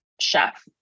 chef